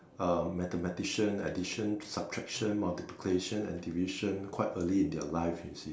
uh mathematician addition subtraction multiplication and division quite early in their life you see